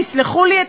תסלחו לי,